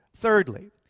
thirdly